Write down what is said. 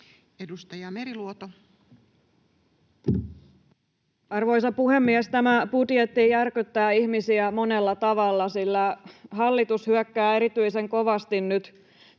Edustaja Meriluoto. Arvoisa puhemies! Tämä budjetti järkyttää ihmisiä monella tavalla, sillä hallitus hyökkää erityisen kovasti nyt